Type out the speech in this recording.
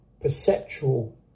perceptual